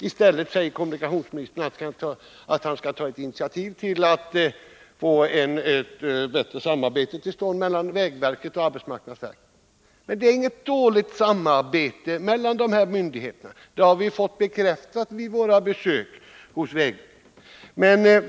I stället säger kommunikationsministern att han skall ta initiativ till att få till stånd ett bättre samarbete mellan vägverket och arbetsmarknadsverket. Men samarbetet är inte dåligt mellan dessa båda myndigheter. Det har vi fått bekräftat vid våra besök hos vägverket.